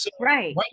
right